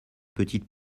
petite